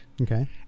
Okay